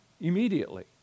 immediately